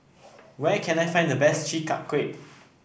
where can I find the best Chi Kak Kuih